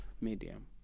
medium